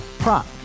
Prop